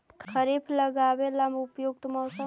खरिफ लगाबे ला उपयुकत मौसम?